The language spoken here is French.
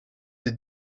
des